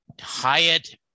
Hyatt